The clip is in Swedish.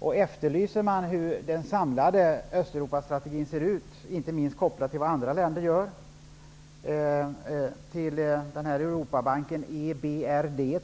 Om man efterlyser den samlade Östeuropastrategin, inte minst kopplad till vad andra länder gör, till Europabanken EBRD